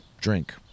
drink